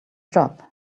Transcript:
job